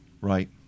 Right